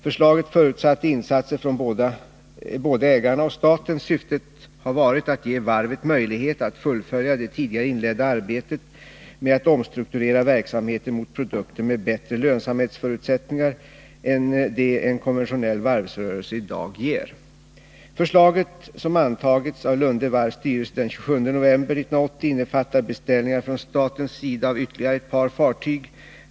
Förslaget förutsatte insatser från både ägarna och staten. Syftet har varit att ge varvet möjlighet att fullfölja det tidigare inledda arbetet med att omstrukturera verksamheten mot produkter med bättre lönsamhetsförutsättningar än de en konventionell varvsrörelse i dag ger. Förslaget, som antagits av Lunde Varvs styrelse den 27 november 1980, innefattar beställningar från statens sida av ytterligare ett par fartyg.